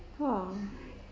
!wah!